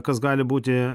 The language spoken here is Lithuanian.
kas gali būti